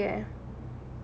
I agree